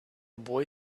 boy